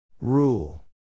Rule